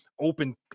open